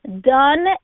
Done